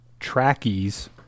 trackies